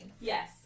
Yes